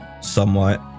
somewhat